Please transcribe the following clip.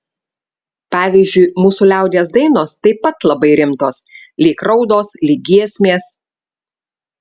pavyzdžiui mūsų liaudies dainos taip pat labai rimtos lyg raudos lyg giesmės